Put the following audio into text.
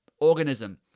organism